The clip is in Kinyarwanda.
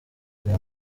reba